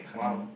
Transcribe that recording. !wow!